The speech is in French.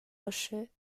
rochet